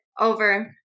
over